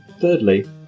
Thirdly